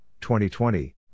2020